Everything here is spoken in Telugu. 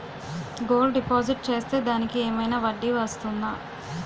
గోల్డ్ డిపాజిట్ చేస్తే దానికి ఏమైనా వడ్డీ వస్తుందా?